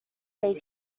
they